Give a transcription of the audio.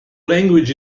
language